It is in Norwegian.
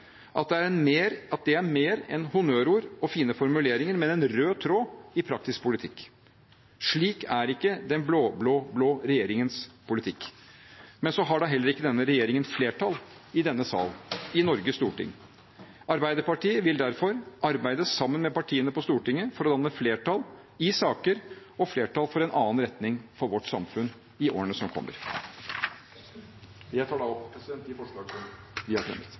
fellesskap, at det er mer enn honnørord og fine formuleringer, at det er en rød tråd i praktisk politikk. Slik er ikke den blå-blå-blå regjeringens politikk. Men så har heller ikke denne regjeringen flertall i denne sal, i Norges storting. Arbeiderpartiet vil derfor arbeide sammen med partiene på Stortinget for å danne flertall i saker og flertall for en annen retning for vårt samfunn i årene som kommer. Jeg tar opp de forslagene vi har fremmet.